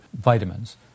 vitamins